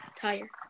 tire